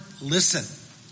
listen